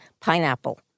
pineapple